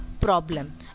problem